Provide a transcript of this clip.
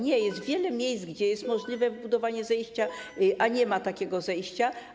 Nie, jest wiele miejsc, gdzie jest możliwe wybudowanie zejścia, a nie ma takiego zejścia.